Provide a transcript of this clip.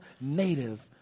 native